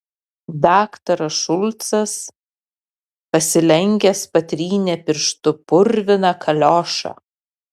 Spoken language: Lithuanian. daktaras šulcas pasilenkęs patrynė pirštu purviną kaliošą